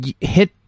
hit